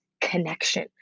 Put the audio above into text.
connection